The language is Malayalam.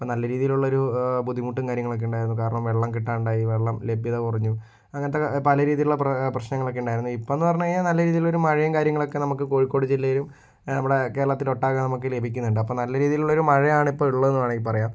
അപ്പോൾ നല്ല രീതിയിലുള്ളൊരു ബുദ്ധിമുട്ടും കാര്യങ്ങളൊക്കെ ഉണ്ടായിരുന്നു കാരണം വെള്ളം കിട്ടാണ്ടായി വെള്ളം ലഭ്യത കുറഞ്ഞു അങ്ങനത്തെ പല രീതിയിലുള്ള പ്രശ്നങ്ങളൊക്കെ ഉണ്ടായിരുന്നു ഇപ്പോളെന്നു പറഞ്ഞു കഴിഞ്ഞാൽ നല്ല രീതിയിൽ ഒരു മഴയും കാര്യങ്ങളൊക്കെ നമുക്ക് കോഴിക്കോട് ജില്ലയിലും നമ്മുടെ കേരളത്തിലൊട്ടാകെ നമുക്ക് ലഭിക്കുന്നുണ്ട് അപ്പോൾ നല്ല രീതിയിലുള്ളൊരു മഴയാണ് ഇപ്പോൾ ഉള്ളതെന്നു വേണമെങ്കിൽ പറയാം